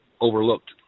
overlooked